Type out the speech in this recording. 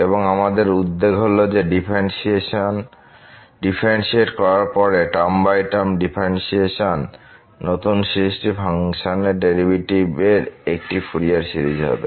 এবং আমাদের উদ্বেগ হল যে ডিফারেন্শিয়েট করার পরে টার্ম বাই টার্ম ডিফারেন্শিয়েশন নতুন সিরিজটি ফাংশনের ডেরিভেটিভের একটি ফুরিয়ার সিরিজ হবে